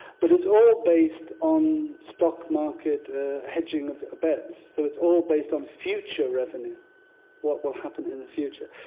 but it's all based on stock market hedging of bets. so it's all based on future revenue what will happen in the future.